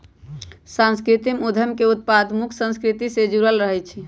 सांस्कृतिक उद्यम के उत्पाद मुख्य संस्कृति से जुड़ल रहइ छै